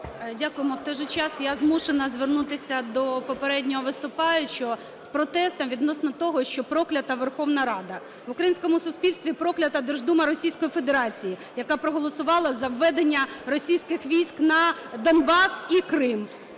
Дякуємо. У той же час я змушена звернутися до попереднього виступаючого з протестом відносно того, що "проклята Верховна Рада". В українському суспільстві проклята Держдума Російської Федерації, яка проголосувала за введення російських військ на Донбас і Крим.